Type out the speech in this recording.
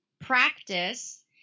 practice